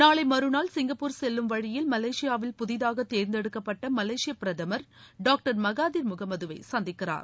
நாளை மறுநாள் சிங்கப்பூர் செல்லும் வழியில் மலேசியாவில் புதிதாக தேர்ந்தெடுக்கப்பட்ட மலேசிய பிரதமர் டாக்டர் மகாதீர் முகமதுவை சந்திக்கிறார்